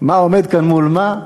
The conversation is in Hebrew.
מה עומד כאן מול מה?